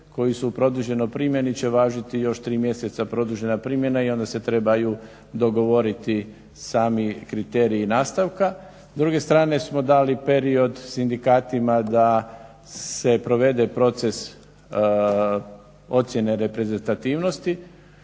koji su u produženoj primjeni će važiti još tri mjeseca produžena primjena i onda se trebaju dogovoriti sami kriteriji nastavka. S druge strane smo dali period sindikatima da se provede proces ocjene reprezentativnosti